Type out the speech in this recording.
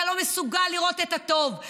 אתה לא מסוגל לראות את הטוב.